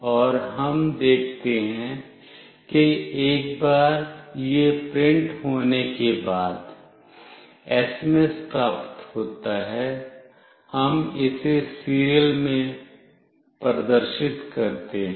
और हम देखते हैं कि एक बार यह प्रिंट होने के बाद एसएमएस प्राप्त होता है हम इसे सीरियल में प्रदर्शित करते हैं